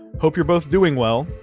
hope you're both doing well.